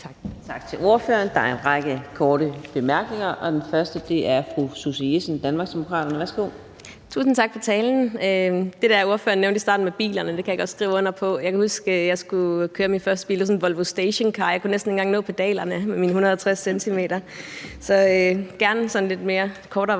Tak til ordføreren. Der er en række korte bemærkninger, og den første er til fru Susie Jessen fra Danmarksdemokraterne. Værsgo. Kl. 15:02 Susie Jessen (DD): Tusind tak for talen. Det, ordførerne nævnte i starten med bilerne, kan jeg godt skrive under på. Jeg kan huske, da jeg skulle ud og køre i min første bil, som var en Volvo stationcar, og jeg kunne næsten ikke engang nå pedalerne med mine 150 cm – så gerne lidt kortere